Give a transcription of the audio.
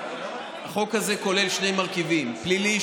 החוק הזה כולל שני מרכיבים: פלילי,